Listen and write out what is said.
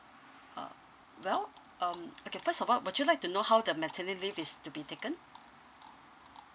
uh well um okay first of all would you like to know how the maternity leave is to be taken